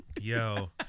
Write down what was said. Yo